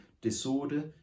disorder